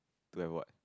to have what